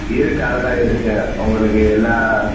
இருக்குது அதெல்லாம் இருக்குது உங்களுக்கு எல்லாம்